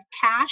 cash